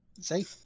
See